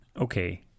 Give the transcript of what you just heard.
Okay